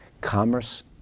commerce